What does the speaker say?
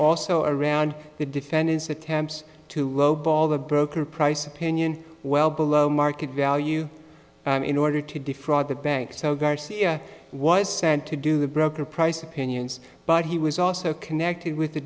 also around the defendant's attempts to lowball the broker price opinion well below market value in order to defraud the bank so garcia was sent to do the broker price opinions but he was also connected with the